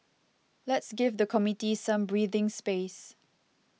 let's give the committee some breathing space